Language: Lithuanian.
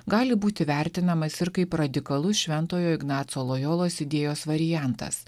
gali būti vertinamas ir kaip radikalus šventojo ignaco lojolos idėjos variantas